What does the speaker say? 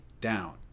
down